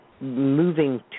moving